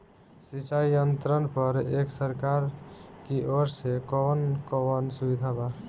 सिंचाई यंत्रन पर एक सरकार की ओर से कवन कवन सुविधा बा?